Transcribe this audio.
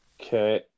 Okay